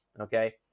Okay